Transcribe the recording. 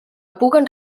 puguen